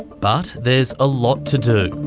but there's a lot to do.